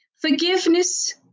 Forgiveness